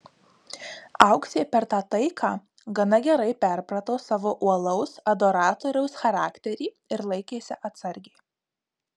auksė per tą taiką gana gerai perprato savo uolaus adoratoriaus charakterį ir laikėsi atsargiai